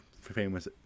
famous